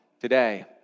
today